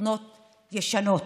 תוכנות ישנות.